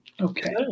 Okay